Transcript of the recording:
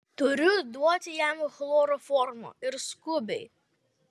turiu duoti jam chloroformo ir skubiai